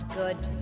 good